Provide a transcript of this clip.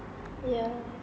yeah